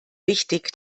wichtig